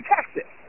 Texas